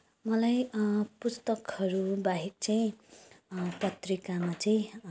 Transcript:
मलाई पुस्तकहरू बाहेक चाहिँ पत्रिकामा चाहिँ